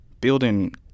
building